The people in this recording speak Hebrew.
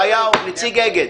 בטיחות, אגד.